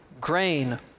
grain